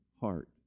heart